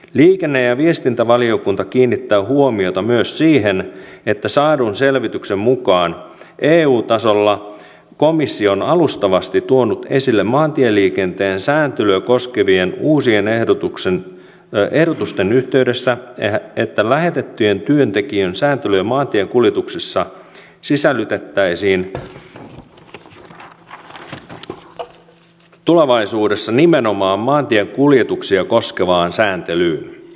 liikenne ja viestintävaliokunta kiinnittää huomiota myös siihen että saadun selvityksen mukaan eu tasolla komissio on alustavasti tuonut esille maantieliikenteen sääntelyä koskevien uusien ehdotusten yhteydessä että lähetettyjen työntekijöiden sääntelyjä maantiekuljetuksessa sisällytettäisiin tulevaisuudessa nimenomaan maantiekuljetuksia koskevaan sääntelyyn